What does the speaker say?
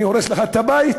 אני הורס לך את הבית,